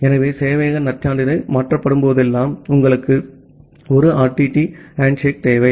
எனவே சேவையக நற்சான்றிதழ் மாற்றப்படும்போதெல்லாம் உங்களுக்கு 1 RTT ஹேண்ட்ஷேக் தேவை